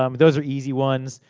um those are easy ones.